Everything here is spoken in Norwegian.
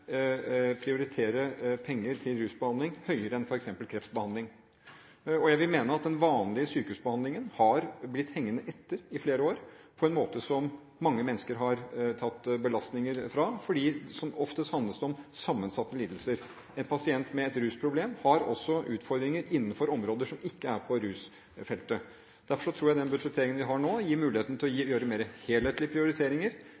prioritere penger til rusbehandling høyere enn f.eks. kreftbehandling. Jeg mener at den vanlige sykehusbehandlingen har blitt hengende etter i flere år på en måte som mange mennesker har tatt belastningen for, fordi det som oftest handler om sammensatte lidelser. En pasient med et rusproblem har også utfordringer innenfor områder som ikke er på rusfeltet. Derfor tror jeg den budsjetteringen vi har nå, gir mulighet til å